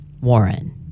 Warren